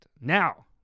Now